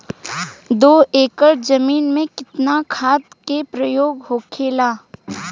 दो एकड़ जमीन में कितना खाद के प्रयोग होखेला?